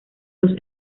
los